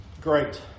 Great